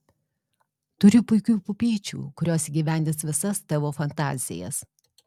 turiu puikių pupyčių kurios įgyvendins visas tavo fantazijas